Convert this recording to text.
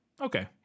Okay